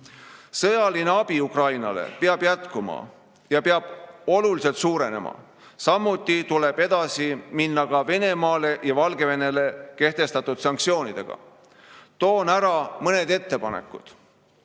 Sõjaline abi Ukrainale peab jätkuma ja peab oluliselt suurenema. Samuti tuleb edasi minna ka Venemaale ja Valgevenele kehtestatud sanktsioonidega. Toon välja mõned ettepanekud.